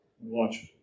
Watch